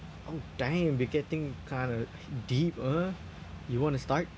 oh dang we're getting kinda deep uh you wanna start